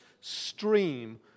stream